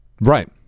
Right